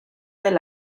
del